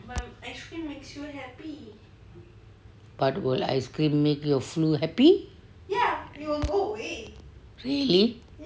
but will ice cream make your flu happy really